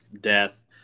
death